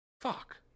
fuck